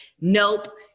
Nope